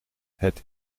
het